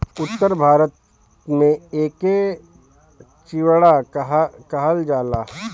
उत्तर भारत में एके चिवड़ा कहल जाला